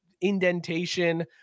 indentation